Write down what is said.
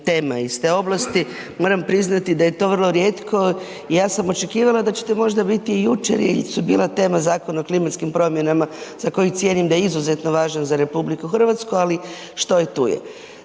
tema iz te oblasti, moram priznati da je to vrlo rijetko, ja sam očekivala da će to možda biti i jučer jer su bila tema Zakon o klimatskim promjenama za koji cijenim da je izuzetno važan za Rh ali što je, tu je.